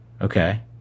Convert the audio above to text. Okay